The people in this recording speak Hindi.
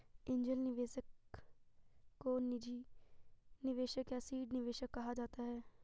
एंजेल निवेशक को निजी निवेशक या सीड निवेशक कहा जाता है